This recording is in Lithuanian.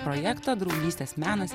projekto draugystės menas